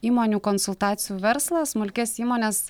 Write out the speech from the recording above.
įmonių konsultacijų verslą smulkias įmones